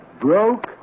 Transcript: broke